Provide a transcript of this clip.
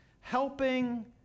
helping